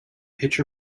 hitch